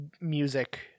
music